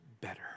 better